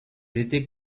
étés